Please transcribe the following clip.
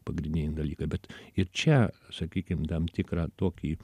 pagrindiniai dalykai bet ir čia sakykim tam tikrą tokį